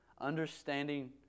Understanding